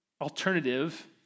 alternative